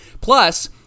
Plus